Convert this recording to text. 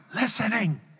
listening